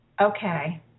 okay